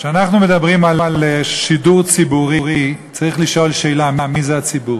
כשאנחנו מדברים על שידור ציבורי צריך לשאול שאלה: מי זה הציבור?